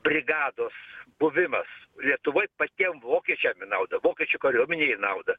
brigados buvimas lietuvoj patiem vokiečiam į naudą vokiečių kariuomenei į naudą